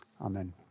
Amen